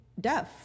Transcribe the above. Deaf